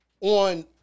on